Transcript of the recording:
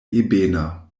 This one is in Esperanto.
ebena